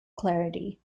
clarity